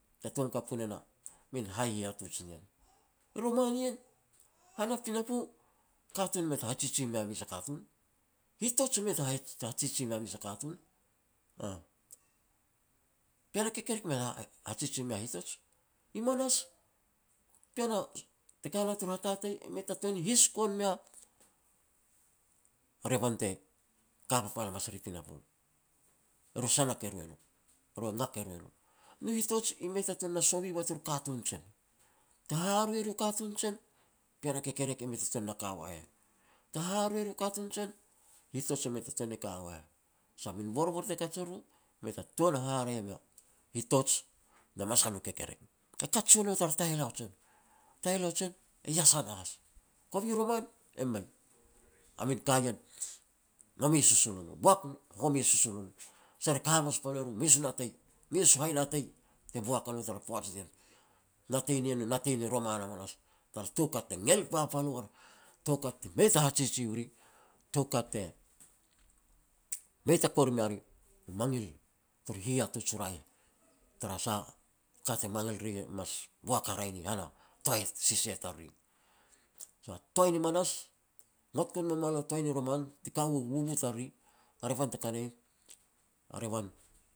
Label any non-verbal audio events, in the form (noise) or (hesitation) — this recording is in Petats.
te tom kapu ne na min hai hihatuj nien. I roman ien, han a pinapo, katun mei ta hajiji mea mes a katun, hitoj mei ta (hesitation) hajiji mea mes a katun, aah. Pean a kekerek mei (hesitation) hajiji mea hitoj. I manas pean (hesitation) te ka wau tur hatatei e mei ta ten his gon mea revan te ka papal hamas ri pinapo, e ru e sanak e ru elo, e ru ngak e ru elo. No hitoj i mei ta tuan ni sovi ua turu katun jen, te haharoi riu katun jen, pean a kekerek e mei ta tuan ni ka wa heh, te haharoi war u katun jen, hitoj e mei ta tuan ni ka wu heh, sah a min borbor te kaj e ruru mei ta tuan haraeh miu hitoj na masal u kekerek. Te kat si ua nou tara taheleau jen, taheleau jen i iasan has, kovi roman, e mei. A min ka ien nome susul o no, boak home susul o no, sah re ka hamas pan mer u mes u natei, mes u hai natei te boak a no tara poaj nien. Natei nien, u natei ni roman hamanas tar toukat te ngel papal uar, toukat ti mei ta hajiji u ri, toukat te mei ta kuer mea ri. U mangil turu hihatuj u raeh, tara sah ka te mangil riri e mas boak haraeh ni han a toai sisia i tariri. So a toai ni manas ngok gon me mua lo a toai ni roman, ti ka u bubu tariri tara pal te ka na ien, a revan